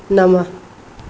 नवं